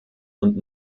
und